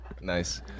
nice